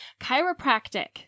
Chiropractic